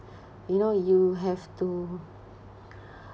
you know you have to